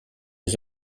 les